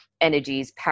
energies